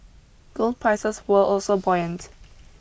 gold prices were also buoyant